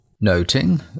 Noting